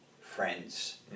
friends